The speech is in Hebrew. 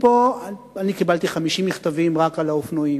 קיבלתי 50 מכתבים רק על האופנועים,